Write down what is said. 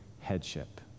headship